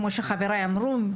כמו שחבריי אמרו,